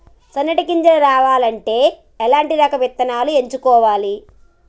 సన్నటి గింజ రావాలి అంటే ఎలాంటి రకం విత్తనాలు ఎంచుకోవాలి?